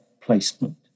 placement